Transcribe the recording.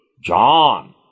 John